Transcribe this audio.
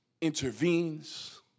intervenes